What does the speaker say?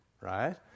right